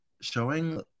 showing